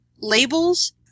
labels